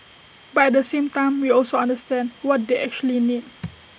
but at the same time we also understand what they actually need